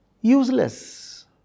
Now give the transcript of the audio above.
useless